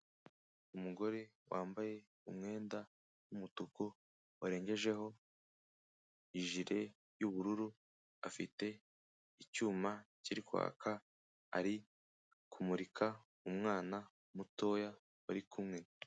Umugore wambaye umwenda w'umutuku, warengejeho ijire y'ubururu, afite icyuma kiri kwaka ari kumurika umwana mutoya bari kumwe.